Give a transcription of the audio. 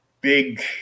big